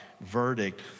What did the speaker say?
verdict